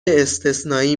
استثنایی